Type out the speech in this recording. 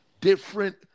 different